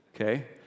okay